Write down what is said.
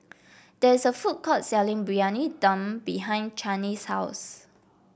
there is a food court selling Briyani Dum behind Channie's house